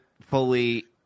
fully